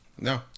No